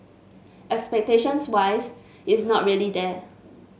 expectations wise it's not really there